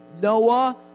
Noah